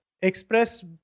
express